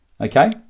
okay